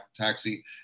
Taxi